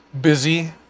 busy